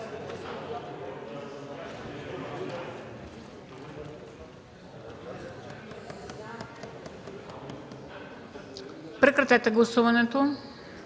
Прекратете гласуването,